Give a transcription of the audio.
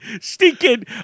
stinking